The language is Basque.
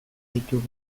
ditugu